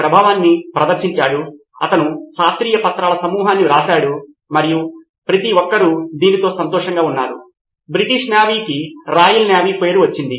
professor కొన్నిసార్లు పాఠశాల ఉపాధ్యాయులు లేదా సాధారణ ఉపాధ్యాయులు వారి నోట్స్లను వ్రాసినప్పుడు వారు దానిని వారి స్వంత కోణం నుండి వారి స్వంత అవగాహనతో వ్రాస్తారు